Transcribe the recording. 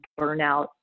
burnout